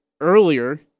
earlier